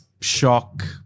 shock